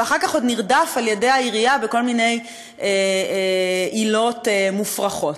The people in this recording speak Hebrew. ואחר כך עוד נרדף על-ידי העירייה בכל מיני עילות מופרכות.